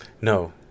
No